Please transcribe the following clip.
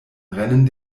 rennen